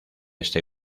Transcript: este